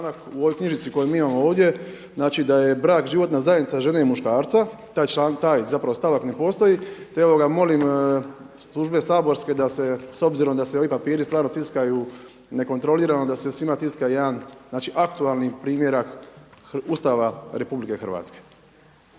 u ovoj knjižici koju mi imamo ovdje znači da je „brak životna zajednica žene i muškarca“ taj stavak ne postoji, pa molim službe saborske da se s obzirom da se ovi papiri stvarno tiskaju nekontrolirano, da se svima tiska jedan aktualni primjerak Ustava RH.